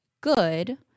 good